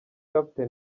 capt